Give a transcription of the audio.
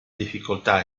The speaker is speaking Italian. difficoltà